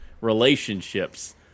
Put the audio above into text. relationships